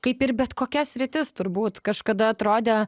kaip ir bet kokia sritis turbūt kažkada atrodė